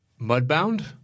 Mudbound